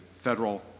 federal